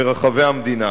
ברחבי המדינה.